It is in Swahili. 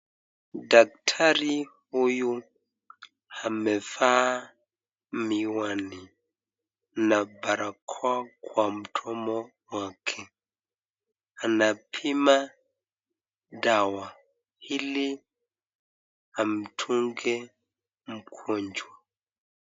Daktari huyu amevaa miwani na barakoa kwa mdomo wake, anapima dawa ili amdunge mgonjwa.